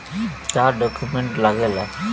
का डॉक्यूमेंट लागेला?